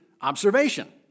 observation